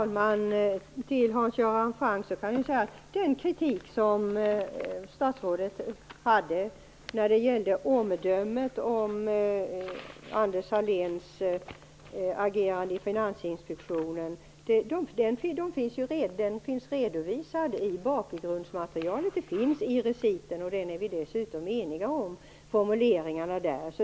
Herr talman! Den kritik, Hans Göran Franck, som statsrådet hade när det gällde omdömet om Anders Sahléns agerande i Finansinspektionen finns redovisad i bakgrundsmaterialet -- det här finns med i reciten. Dessutom är vi eniga om formuleringarna där.